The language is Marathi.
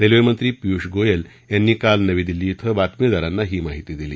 रेल्वेमंत्री पियुष गोयल यांनी काल नवी दिल्ली इथं वार्ताहरांना ही माहिती दिली